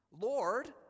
Lord